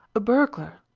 a burglar,